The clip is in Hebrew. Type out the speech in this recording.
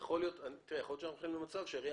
יכול להיות שאנחנו הולכים למצב שהעירייה